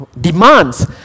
demands